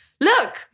look